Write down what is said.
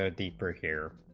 so deeper here